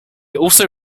also